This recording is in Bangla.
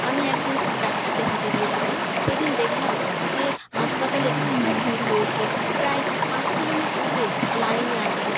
আমি একদিন ডাক্তার দেখাতে গিয়েছিলাম সেদিন দেখলাম যে হাসপাতালে খুব ভিড় হয়েছে প্রায় পাঁচশো জনের উপরে লাইনে আছে